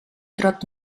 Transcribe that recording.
trot